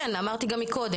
כמו שאמרתי קודם,